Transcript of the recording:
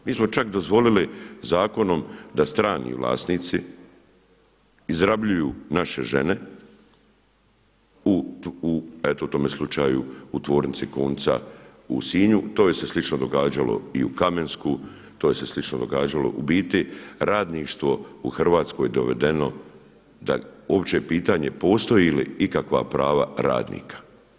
Mi smo čak dozvolili zakonom da strani vlasnici izrabljuju naše žene u eto u tome slučaju u Tvornici konca u Sinju, to se slično događalo i u Kamenskom, to se slično događalo, u biti radništvo u Hrvatskoj dovedeno da uopće pitanje postoje li ikakva prava radnika.